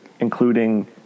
Including